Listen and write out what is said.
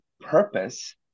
purpose